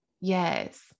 Yes